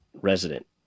resident